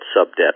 sub-debt